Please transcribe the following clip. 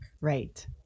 Right